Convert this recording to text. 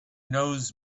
knows